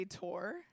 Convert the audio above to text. tour